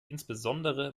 insbesondere